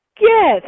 Yes